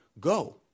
Go